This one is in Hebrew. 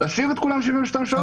להושיב את כולם 72 שעות או לא?